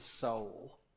Soul